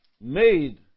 made